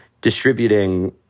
distributing